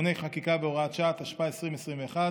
(תיקוני חקיקה והוראת שעה), התשפ"א 2021,